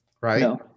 right